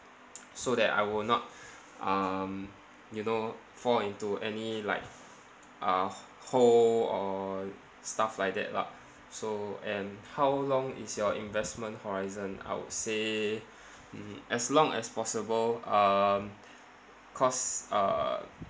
so that I will not um you know fall into any like uh h~ hole or stuff like that lah so and how long is your investment horizon I would say mm as long as possible um cause uh